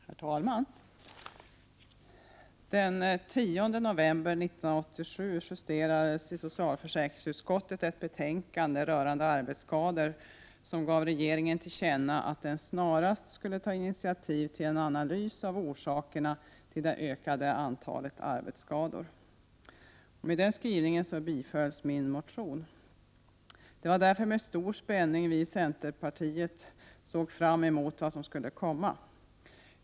Herr talman! Den 10 november 1987 justerades i socialförsäkringsutskottet ett betänkande rörande arbetsskador, som gav regeringen till känna att den snarast skulle ta initiativ till en analys av orsakerna till det ökande antalet arbetsskador. Med den skrivningen bifölls min motion. Det var därför med stor spänning vi i centerpartiet såg fram emot vad som skulle komma.